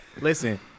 Listen